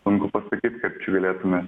sunku pasakyti kad galėtumėm